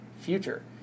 future